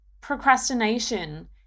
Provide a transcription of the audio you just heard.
procrastination